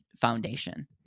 foundation